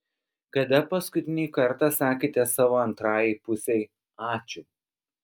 kada paskutinį kartą sakėte savo antrajai pusei ačiū